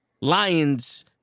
Lions